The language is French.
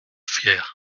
fier